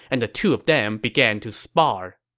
and the two of them began to spar.